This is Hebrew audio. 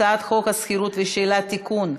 הצעת חוק השכירות והשאילה (תיקון),